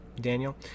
daniel